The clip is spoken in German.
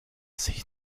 sich